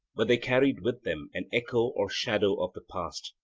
but they carried with them an echo or shadow of the past,